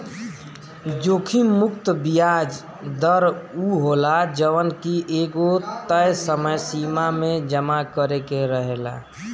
जोखिम मुक्त बियाज दर उ होला जवन की एगो तय समय सीमा में जमा करे के रहेला